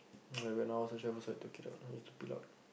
like when I was a chef also I took it out I just took it out